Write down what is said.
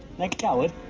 ned coward?